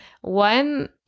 one